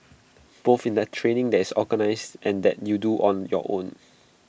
both in the training that is organised and that you do on your own